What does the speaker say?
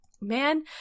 Man